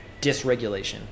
dysregulation